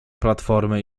platformę